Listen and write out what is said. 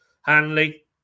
Hanley